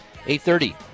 8.30